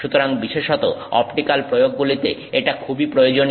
সুতরাং বিশেষত অপটিক্যাল প্রয়োগগুলিতে এটা খুবই প্রয়োজনীয়